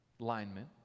alignment